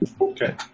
Okay